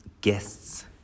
Guests